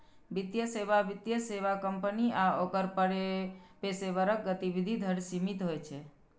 वित्तीय सेवा वित्तीय सेवा कंपनी आ ओकर पेशेवरक गतिविधि धरि सीमित होइ छै